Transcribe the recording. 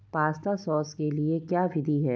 pasta sauce के लिए क्या विधि है